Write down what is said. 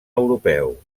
europeu